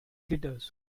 glitters